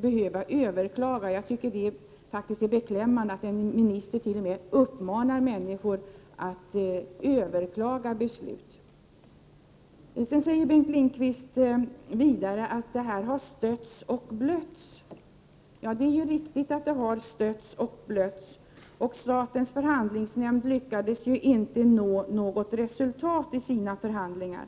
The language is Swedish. behöva överklaga beslut. Jag tycker faktiskt att det är beklämmande att en minister t.o.m. uppmanar människor att överklaga beslut. Vidare säger Bengt Lindqvist att frågan har stötts och blötts. Ja, det är riktigt. Men statens förhandlingsnämnd lyckades inte nå resultat i sina förhandlingar.